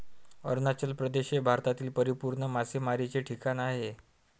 अरुणाचल प्रदेश हे भारतातील परिपूर्ण मासेमारीचे ठिकाण आहे